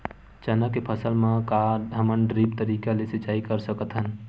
चना के फसल म का हमन ड्रिप तरीका ले सिचाई कर सकत हन?